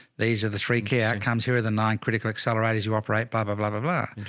these are the three key outcomes. here are the nine critical accelerators you operate, blah, but blah, blah, blah,